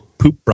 poop